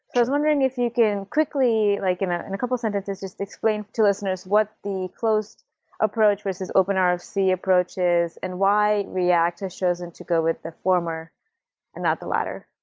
i was wondering if you can quickly, like in ah and a couple of sentences, just explain to listeners what the closed approach versus open ah rfc approach is and why react has chosen to go with the former and not the later.